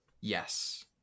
Yes